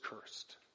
cursed